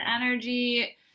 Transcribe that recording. energy